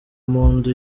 mpundu